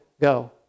go